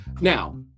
Now